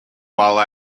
while